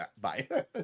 Bye